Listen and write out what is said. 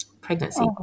pregnancy